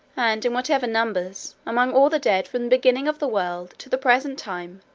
and in whatever numbers, among all the dead from the beginning of the world to the present time,